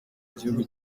gihugu